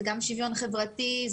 זה גם שוויון חברתי,